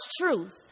truth